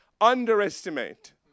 underestimate